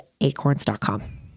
Acorns.com